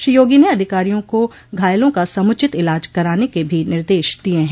श्री योगी ने अधिकारियों को घायलों का समुचित इलाज कराने के भी निर्देश दिये हैं